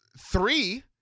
three